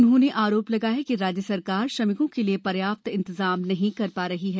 उन्होंने आरोप लगाया कि राज्य सरकार श्रमिकों के लिए पर्याप्त इंतजाम नहीं कर पा रही है